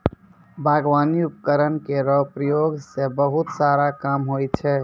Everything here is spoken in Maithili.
बागबानी उपकरण केरो प्रयोग सें बहुत सारा काम होय छै